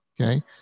okay